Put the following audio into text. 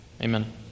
Amen